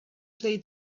play